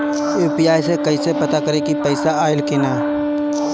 UPI से कईसे पता करेम की पैसा आइल की ना?